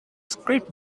script